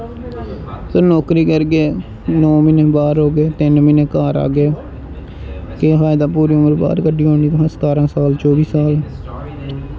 तुस नौकरी करगे नौ म्हीने बाह्र रौह्गे तिन्न महीनें घर औगे केह् फैदा पूरी उमर बाह्र कड्डी ओड़नी सतारां साल चौह्बी साल